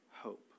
hope